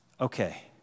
Okay